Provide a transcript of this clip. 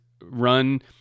run